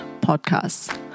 podcast